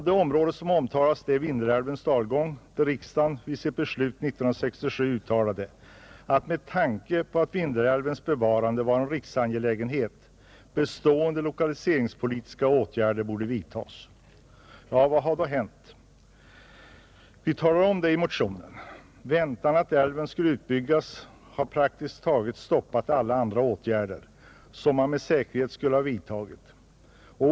Det område som omtalas är Vindelälvens dalgång, där riksdagen i sitt beslut 1967 uttalade att bestående lokaliseringspolitiska åtgärder borde vidtas med tanke på att Vindelälvens bevarande var en riksangelägenhet. Vad har då hänt? Det talar vi om i motionen, Väntan på att älven skulle utbyggas har praktiskt taget stoppat alla andra åtgärder, som man med säkerhet skulle ha vidtagit.